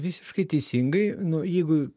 visiškai teisingai nu jeigu